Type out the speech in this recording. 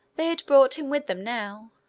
they had brought him with them now,